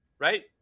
Right